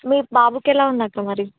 మీ బాబుకి ఎలా ఉందక్కా మరి